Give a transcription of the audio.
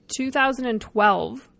2012